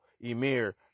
Emir